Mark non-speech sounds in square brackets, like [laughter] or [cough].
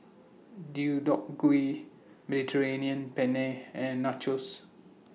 Deodeok Gui [unintelligible] Penne and Nachos